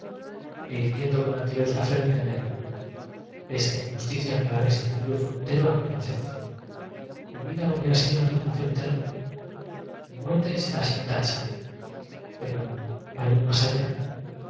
irguiendo con altivez la frente añadió esta injus ticia me ha restituido por entero a mi inocencia mi vida hubiera sido mi vecina me dió con el pie y me hizo una seña mostrándome a turbación eterna mi muerte será sin taiuefer este se había con indolencia cubierto los ojos con la mano una tacha pero hay un más allá